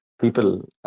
people